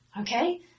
okay